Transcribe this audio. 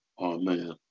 Amen